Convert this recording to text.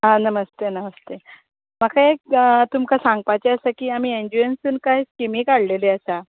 आं नमस्ते नमस्ते म्हाका एक तुमकां सांगपाचें आसा की आमी एनजीओनसून कांय स्कीमी काडिल्ल्यो आसात